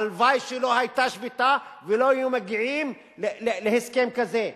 הלוואי שלא היתה שביתה ולא היינו מגיעים להסכם כזה,